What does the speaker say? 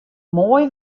moai